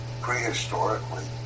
prehistorically